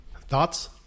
Thoughts